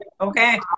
okay